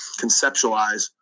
conceptualize